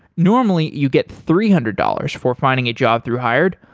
normally, you get three hundred dollars for finding a job through hired,